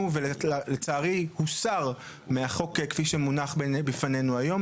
ולצערי הוסר מהחוק כפי שמונח בפנינו היום,